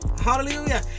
Hallelujah